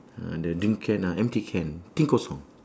ah the drink can ah empty can till kosong